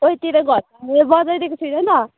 ओइ तेरो घरमा मैले बजाइदिएको छुइँन त